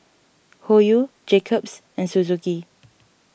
Hoyu Jacob's and Suzuki